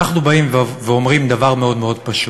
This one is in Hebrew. אנחנו באים ואומרים דבר מאוד מאוד פשוט: